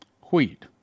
wheat